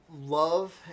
love